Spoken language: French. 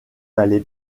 n’allez